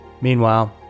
Meanwhile